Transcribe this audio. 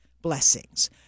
blessings